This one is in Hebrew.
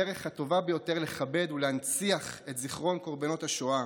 הדרך הטובה ביותר לכבד ולהנציח את זיכרון קורבנות השואה